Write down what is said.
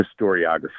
historiography